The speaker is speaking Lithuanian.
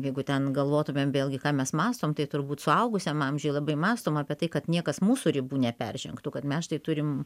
jeigu ten galvotumėm vėlgi ką mes mąstom tai turbūt suaugusiam amžiuj labai mąstom apie tai kad niekas mūsų ribų neperžengtų kad mes štai turim